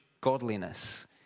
godliness